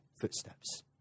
footsteps